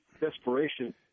desperation